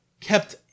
kept